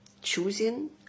choosing